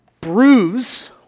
bruise